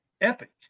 Epic